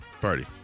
party